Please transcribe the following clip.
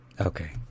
Okay